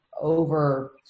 over